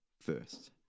first